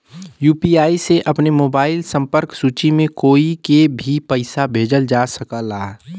UPI से अपने mobile संपर्क सूची में कोई के भी पइसा भेजल जा सकल जाला